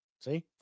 see